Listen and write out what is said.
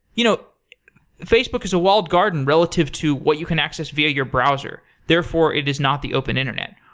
you know facebook is a walled garden relative to what you can access via your browser. therefore, it is not the open internet.